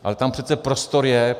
Ale tam přece prostor je.